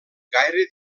gaire